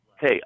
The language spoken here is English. hey